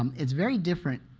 um it's very different.